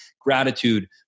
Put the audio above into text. gratitude